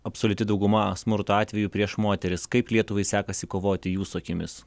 absoliuti dauguma smurto atvejų prieš moteris kaip lietuvai sekasi kovoti jūsų akimis